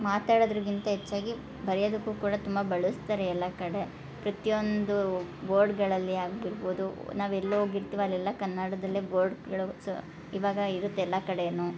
ಮಾತಾಡದ್ರಗಿಂತ ಹೆಚ್ಚಾಗಿ ಬರಿಯೋದಕ್ಕು ಕೂಡ ತುಂಬ ಬಳಸ್ತಾರೆ ಎಲ್ಲ ಕಡೆ ಪ್ರತಿಯೊಂದು ಬೋರ್ಡ್ಗಳಲ್ಲಿ ಆಗಿಬಿಡ್ಬೋದು ನಾವು ಎಲ್ಲಿ ಹೋಗಿರ್ತೀವೊ ಅಲ್ಲೆಲ್ಲ ಕನ್ನಡದಲ್ಲೇ ಬೋರ್ಡ್ ಕೇಳೋ ಸ ಇವಾಗ ಇರುತ್ತೆ ಎಲ್ಲ ಕಡೆಯೂ